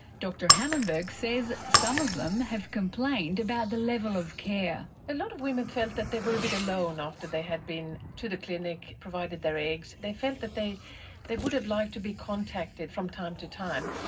dr hammarberg says some of them have complained about the level of care. a lot of women felt that they were a bit alone after they had been to the clinic, provided their eggs. they felt that they they would have liked to be contacted from time to time.